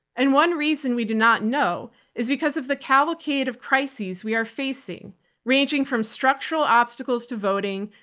and one reason we do not know is because of the cavalcade of crisis we are facing ranging from structural obstacles to voting,